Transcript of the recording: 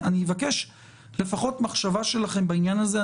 אני מבקש שלפחות תחשבו על העניין הזה.